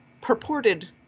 purported